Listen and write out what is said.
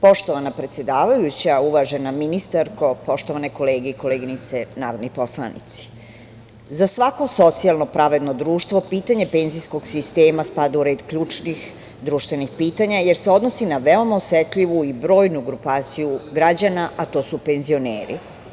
Poštovana predsedavajuća, uvažena ministarko, poštovane kolege i koleginice narodni poslanici, za svako socijalno pravedno društvo pitanje penzijskog sistema spada u red ključnih društvenih pitanja, jer se odnosi na veoma osetljivu i brojnu grupaciju građana, a to su penzioneri.